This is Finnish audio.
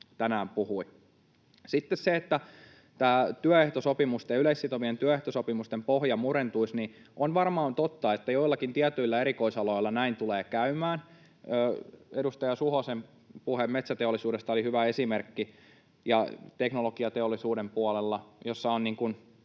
tämä työehtosopimusten, yleissitovien työehtosopimusten pohja murentuisi: On varmaan totta, että joillakin tietyillä erikoisaloilla näin tulee käymään. Edustaja Suhosen puhe metsäteollisuudesta oli hyvä esimerkki. Ja teknologiateollisuuden puolella, jossa,